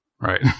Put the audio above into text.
Right